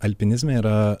alpinizme yra